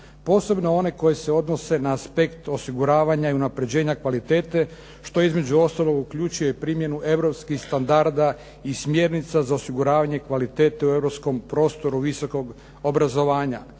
posebno one koje se odnose na aspekt osiguravanja i osiguravanja kvalitete što između ostalog uključuje i primjenu europskih standarda i smjernica za osiguravanje kvalitete u europskom prostoru visokog obrazovanja,